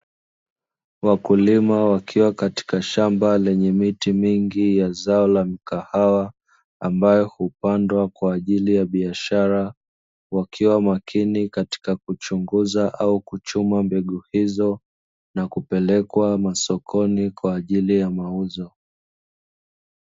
Wakulima wakiwa katika shamba lenye miti mingi ya zao la kahawa ambayo hupandwa kwa ajili ya biashara, wakiwa makini katika kuchunguza au kuchuma mbegu hizo na kupelekwa sokoni kwa ajili ya mauzo.